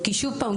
כי שוב פעם,